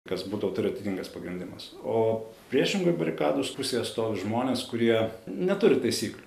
kas būtų autoritetingas pagrindimas o priešingoj barikados pusėje stovi žmonės kurie neturi taisyklių